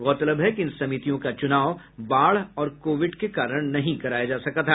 गौरतलब है कि इन समितियों का चुनाव बाढ़ और कोविड के कारण नहीं कराया जा सका था